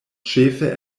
ĉefe